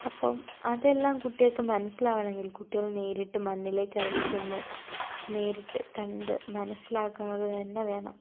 അപ്പോൾ അതെല്ലാം കുട്ടികൾക്ക് മനസ്സിലാവണമെങ്കിൽ കുട്ടികൾ നേരിട്ട് മണ്ണിലേക്കിറങ്ങിച്ചെന്ന് നേരിട്ട് കണ്ട് മനസ്സിലാക്കണത് തന്നെ വേണം